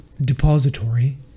depository